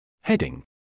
Heading